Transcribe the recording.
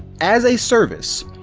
as a service,